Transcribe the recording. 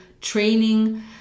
training